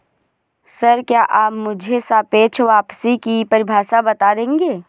Sir, क्या आप मुझे सापेक्ष वापसी की परिभाषा बता देंगे?